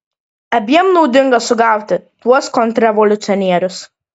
abiem naudinga sugauti tuos kontrrevoliucionierius